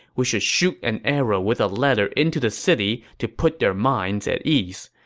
we should shoot an arrow with a letter into the city to put their minds at ease.